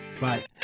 Bye